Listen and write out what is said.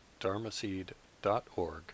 dharmaseed.org